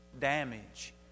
damage